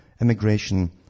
immigration